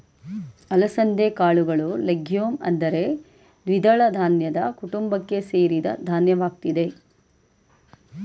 ಅಲಸಂದೆ ಕಾಳುಗಳು ಲೆಗ್ಯೂಮ್ ಅಂದರೆ ದ್ವಿದಳ ಧಾನ್ಯದ ಕುಟುಂಬಕ್ಕೆ ಸೇರಿದ ಧಾನ್ಯವಾಗಯ್ತೆ